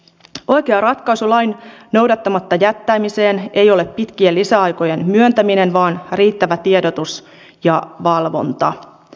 oikea ratkaisu lain noudattamatta jättämiseen ei ole pitkien lisäaikojen myöntäminen vaan riittävä tiedotus ja valvonta